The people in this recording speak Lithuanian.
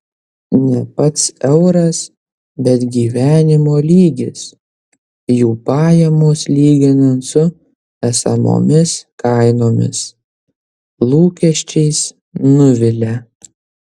ne pats euras bet gyvenimo lygis jų pajamos lyginant su esamomis kainomis lūkesčiais nuvilia